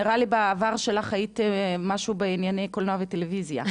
נראה לי שבעבר שלך היית משהו בענייני קולנוע וטלוויזיה.